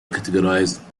characterized